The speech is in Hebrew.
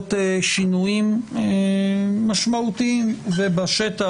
ולראות שינויים משמעותיים בשטח.